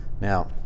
now